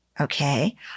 Okay